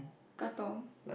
Katong